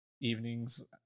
evenings